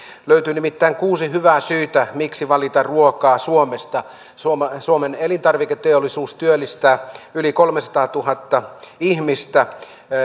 löytyy nimittäin kuusi hyvää syytä miksi valita ruokaa suomesta suomen suomen elintarviketeollisuus työllistää yli kolmesataatuhatta ihmistä